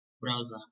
browser